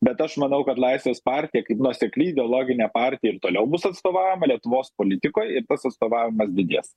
bet aš manau kad laisvės partija kaip nuosekli ideologine partija ir toliau bus atstovaujama lietuvos politikoje ir tas atstovavimas didės